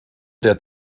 der